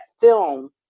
film